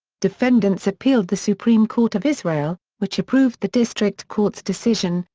defendants appealed the supreme court of israel, which approved the district court's decision,